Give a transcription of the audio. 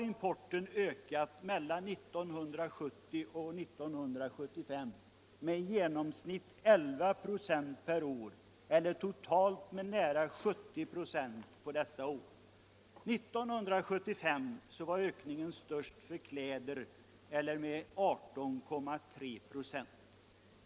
Importen har från 1970 till 1975 ökat med i genomsnitt 11 96 per år eller totalt med nära 70 96. År 1975 var ökningen störst för kläder — 18,3 26.